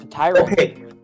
Okay